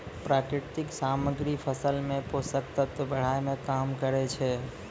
प्राकृतिक सामग्री फसल मे पोषक तत्व बढ़ाय में काम करै छै